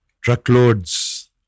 truckloads